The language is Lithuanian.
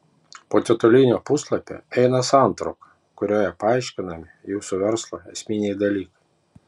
po titulinio puslapio eina santrauka kurioje paaiškinami jūsų verslo esminiai dalykai